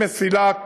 היא מסילת